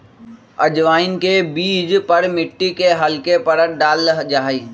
अजवाइन के बीज पर मिट्टी के हल्के परत डाल्ल जाहई